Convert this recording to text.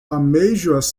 amêijoas